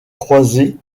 croisés